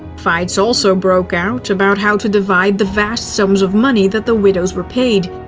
fights also broke out about how to divide the vast sums of money that the widows were paid.